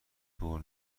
دور